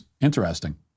interesting